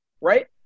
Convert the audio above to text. Right